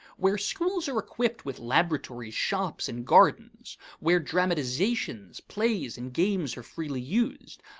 where schools are equipped with laboratories, shops, and gardens, where dramatizations, plays, and games are freely used,